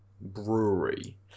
Brewery